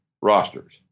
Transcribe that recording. rosters